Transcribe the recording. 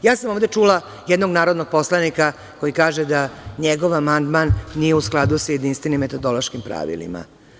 Čula sam ovde jednog narodnog poslanika koji kaže da njegov amandman nije u skladu sa jedinstvenim metodološkim pravilima.